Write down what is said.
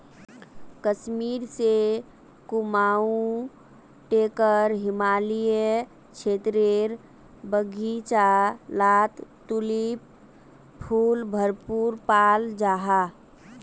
कश्मीर से कुमाऊं टेकर हिमालयी क्षेत्रेर बघिचा लात तुलिप फुल भरपूर पाल जाहा